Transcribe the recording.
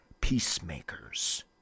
peacemakers